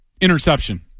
interception